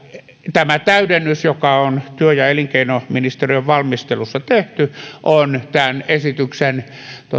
tämä täydennys joka on työ ja elinkeinoministeriön valmistelussa tehty on tämän esityksen